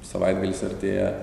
savaitgalis artėja